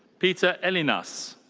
peter ellinas.